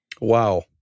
wow